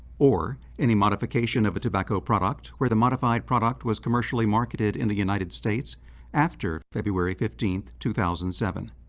or any modification of a tobacco product where the modified product was commercially marketed in the united states after february fifteen, two thousand and seven.